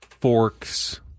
forks